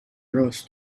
رآس